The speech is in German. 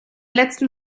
letzten